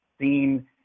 seen